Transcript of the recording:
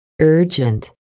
urgent